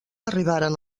arribaren